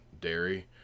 dairy